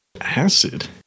acid